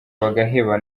bagaheba